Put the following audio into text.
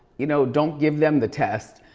you know don't give them the test,